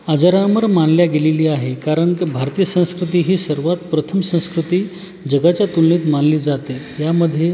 अजरामर मानली गेलेली आहे कारण भारतीय संस्कृती ही सर्वात प्रथम संस्कृती जगाच्या तुलनेत मानली जाते ह्यामध्ये